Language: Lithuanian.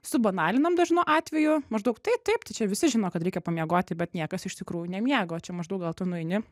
subanalinam dažnu atveju maždaug tai taip tai čia visi žino kad reikia pamiegoti bet niekas iš tikrųjų nemiega o čia maždaug gal tu nueini